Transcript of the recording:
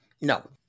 No